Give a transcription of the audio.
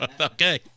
Okay